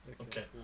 Okay